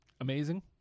Amazing